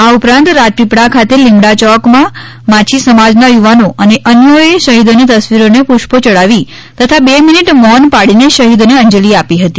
આ ઉપરાંત રાજપીપળા ખાતે લીમડા યોકમાં માછી સમાજના યુવાનો અને અન્યોએ શહિદોની તસવીરોને પુષ્પો યઢાવી તથા બે મિનિટ મૌન પાળીને શહીદોને અંજલી આપી હતી